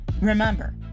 remember